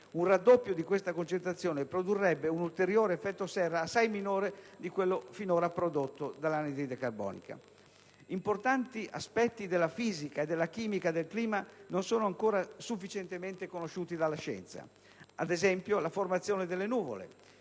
un raddoppio di questa concentrazione produrrebbe un ulteriore effetto serra assai minore di quello finora prodotto dall'anidride carbonica stessa. Importanti aspetti della fisica e della chimica del clima non sono ancora sufficientemente conosciuti dalla scienza. Ad esempio, la formazione ed il ruolo